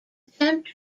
attempt